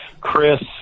Chris